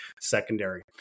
secondary